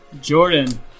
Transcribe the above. Jordan